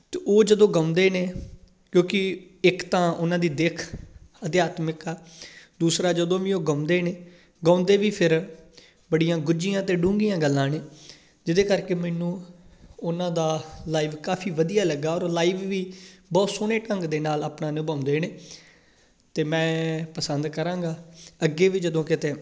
ਅਤੇ ਉਹ ਜਦੋਂ ਗਾਉਂਦੇ ਨੇ ਕਿਉਂਕਿ ਇੱਕ ਤਾਂ ਉਹਨਾਂ ਦੀ ਦਿੱਖ ਅਧਿਆਤਮਿਕ ਆ ਦੂਸਰਾ ਜਦੋਂ ਵੀ ਉਹ ਗਾਉਂਦੇ ਨੇ ਗਾਉਂਦੇ ਵੀ ਫਿਰ ਬੜੀਆਂ ਗੁੱਝੀਆਂ ਅਤੇ ਡੂੰਘੀਆਂ ਗੱਲਾਂ ਨੇ ਜਿਹਦੇ ਕਰਕੇ ਮੈਨੂੰ ਉਹਨਾਂ ਦਾ ਲਾਈਵ ਕਾਫ਼ੀ ਵਧੀਆ ਲੱਗਾ ਔਰ ਲਾਈਵ ਵੀ ਬਹੁਤ ਸੋਹਣੇ ਢੰਗ ਦੇ ਨਾਲ ਆਪਣਾ ਨਿਭਾਉਂਦੇ ਨੇ ਅਤੇ ਮੈਂ ਪਸੰਦ ਕਰਾਂਗਾ ਅੱਗੇ ਵੀ ਜਦੋਂ ਕਿਤੇ